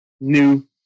new